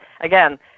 again